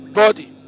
body